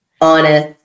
honest